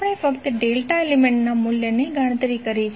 આપણે ફક્ત ડેલ્ટા એલિમેન્ટના મૂલ્યની ગણતરી કરી છે